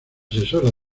asesora